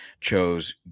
chose